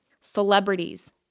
Celebrities